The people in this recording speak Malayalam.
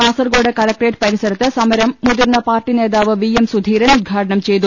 കാസർകോട് കലക്ട്രേറ്റ് പരിസ രത്ത് സമരം മുതിർന്ന പാർട്ടി നേതാവ് വി എം സ്രുധീരൻ ഉദ്ഘാ ടനം ചെയ്തു